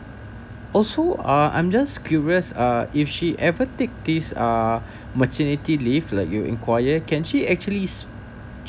also uh I'm just curious uh if she ever take this uh maternity leave like you inquire can she actually